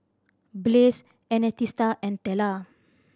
Blaze Ernestina and Tella